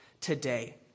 today